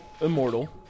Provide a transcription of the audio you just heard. Immortal